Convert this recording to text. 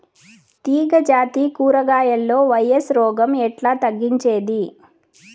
తీగ జాతి కూరగాయల్లో వైరస్ రోగం ఎట్లా తగ్గించేది?